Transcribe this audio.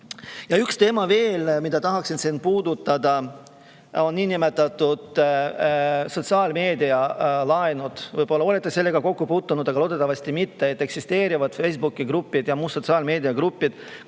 Üks teema veel, mida tahan puudutada, on niinimetatud sotsiaalmeedialaenud. Võib-olla olete nendega kokku puutunud, aga loodetavasti mitte. Eksisteerivad Facebooki grupid ja muud sotsiaalmeediagrupid,